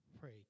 Pray